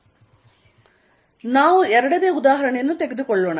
Fxqλ2π0x ನಾವು ಎರಡನೇ ಉದಾಹರಣೆಯನ್ನು ತೆಗೆದುಕೊಳ್ಳೋಣ